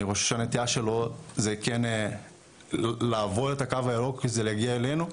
אני חושב שהנטייה שלו זה כן לעבור את הקו הירוק כדי זה להגיע אלינו,